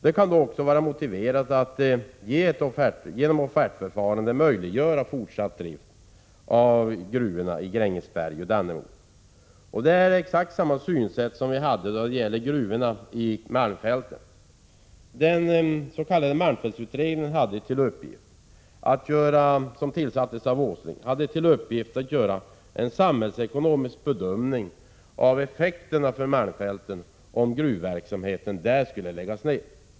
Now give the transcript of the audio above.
Det kan då också vara motiverat med ett offertförfarande för att möjliggöra fortsatt drift av gruvorna i Grängesberg och Dannemora. Vi hade exakt samma synsätt då det gällde gruvorna i malmfälten. Den s.k. malmfältsutredningen, som tillsattes av Nils G. Åsling, hade till uppgift att göra en samhällsekonomisk bedömning av effekterna för malmfälten om gruvverksamheten där lades ned.